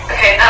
Okay